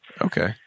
Okay